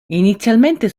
inizialmente